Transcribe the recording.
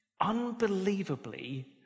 unbelievably